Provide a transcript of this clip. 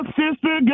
sister